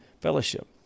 fellowship